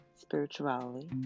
spirituality